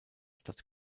stadt